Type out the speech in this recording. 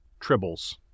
tribbles